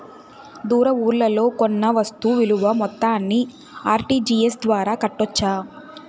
దూర ఊర్లలో కొన్న వస్తు విలువ మొత్తాన్ని ఆర్.టి.జి.ఎస్ ద్వారా కట్టొచ్చా?